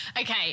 Okay